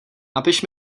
napiš